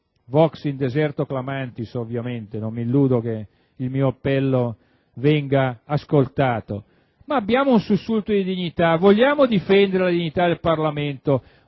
in* *deserto*, ovviamente non mi illudo che il mio appello venga ascoltato. Dovremmo avere un sussulto di dignità: vogliamo difendere la dignità del Parlamento,